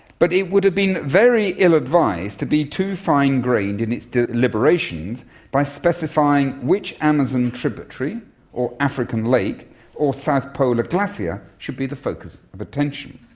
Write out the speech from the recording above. but it would have been very ill advised to be too fine-grained in its deliberations by specifying which amazon tributary or african lake or south polar glacier yeah should be the focus of attention.